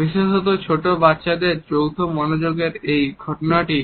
বিশেষত ছোট বাচ্চাদের যৌথ মনোযোগের এই ঘটনাটি